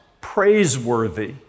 praiseworthy